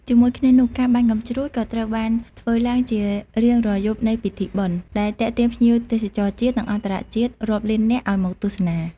ជាមួយគ្នានោះ ការបាញ់កាំជ្រួចក៏ត្រូវបានធ្វើឡើងជារៀងរាល់យប់នៃពិធីបុណ្យ ដែលទាក់ទាញភ្ញៀវទេសចរជាតិ និងអន្តរជាតិរាប់លាននាក់ឲ្យមកទស្សនា។